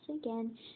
again